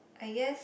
I guess